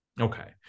Okay